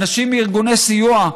אנשים מארגוני סיוע,